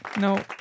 No